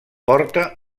porta